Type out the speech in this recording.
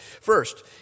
first